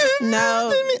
No